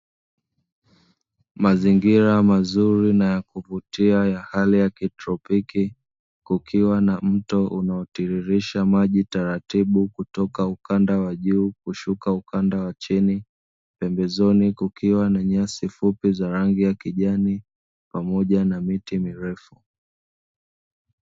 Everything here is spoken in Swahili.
Mazingira mazuri na kuvutia ya hali ya kitropiki kukiwa na mto unaotiririsha maji taratibu kutoka ukanda wa juu kushuka ukanda wa chini, pembezoni kukiwa na nyasi fupi za rangi ya kijani pamoja na miti mirefu.